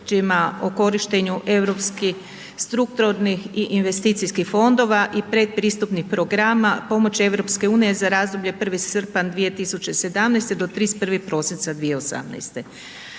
o korištenju Europskih strukturnih i investicijskih fondova i pretpristupnih programa pomoći EU za razdoblje 1. srpnja 2017. do 31. prosinca 2018.